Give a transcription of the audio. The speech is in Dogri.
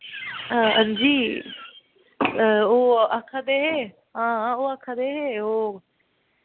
हां जी ओह् आक्खा दे हे हां ओह् आक्खा दे हे ओह्